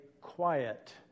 quiet